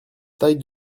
taille